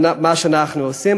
מה שאנחנו עושים.